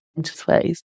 Interface